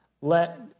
let